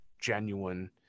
genuine